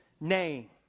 name